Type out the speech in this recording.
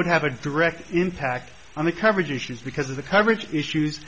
would have a direct impact on the coverage issues because of the coverage issues